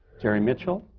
jerry mitchell,